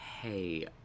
Hey